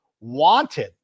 wanted